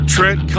Trent